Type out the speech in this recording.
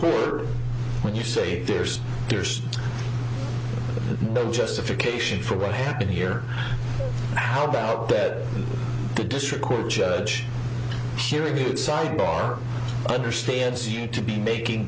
court when you say there's there's no justification for what happened here how about dead the district court judge here a good sidebar understands you to be making